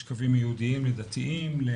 יש קווים ייעודיים לדתיים.